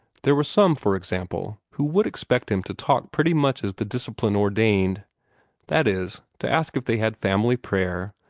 there were some, for example, who would expect him to talk pretty much as the discipline ordained that is, to ask if they had family prayer,